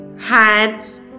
hats